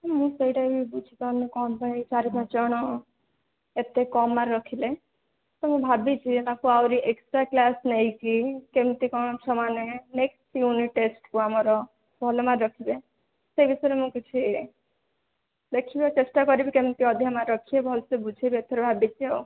ମୁଁ ସେଇଟା ହିଁ ବୁଝିପାରୁନି କ'ଣ ପାଇଁ ଚାରି ପାଞ୍ଚ ଜଣ ଏତେ କମ୍ ମାର୍କ୍ ରଖିଲେ ତ ମୁଁ ଭାବୁଛି ତାଙ୍କୁ ଆହୁରି ଏକ୍ସଟ୍ରା କ୍ଲାସ୍ ନେଇକି କେମିତି କ'ଣ ଛୁଆମାନେ ନେକ୍ସଟ୍ ୟୁନିଟ୍ ଟେଷ୍ଟ୍କୁ ଆମର ଭଲ ମାର୍କ୍ ରଖିବେ ସେହି ବିଷୟରେ ମୁଁ କିଛି ଦେଖିବା ଚେଷ୍ଟା କରିବି କେମିତି ଅଧିକ ମାର୍କ୍ ରଖିବେ ଭଲ୍ସେ ବୁଝିବେ ଏଥର ଭାବିଛି ଆଉ